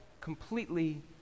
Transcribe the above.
completely